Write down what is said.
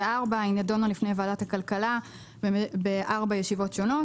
ונדונה בוועדת הכלכלה ב-4 ישיבות שונות.